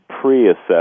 pre-assess